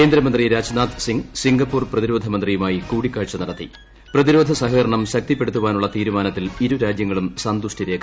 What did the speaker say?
കേന്ദ്രമന്ത്രി രാജ്നാഥ് സ്പിംഗ് സിംഗപ്പൂർ പ്രതിരോധമന്ത്രിയുമായി കൂടിക്കാഴ്ച നടത്തി പ്രതിരോധ സഹകരണം ശക്തിപ്പെടുത്താനുള്ള തീരുമാനത്തിൽ ഇരുരാജൃങ്ങളും സന്തുഷ്ടി രേഖപ്പെടുത്തി